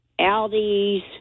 Aldi's